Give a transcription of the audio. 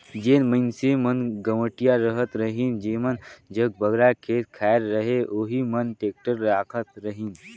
जेन मइनसे मन गवटिया रहत रहिन जेमन जग बगरा खेत खाएर रहें ओही मन टेक्टर राखत रहिन